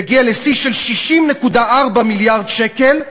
יגיע לשיא של 60.4 מיליארד שקל,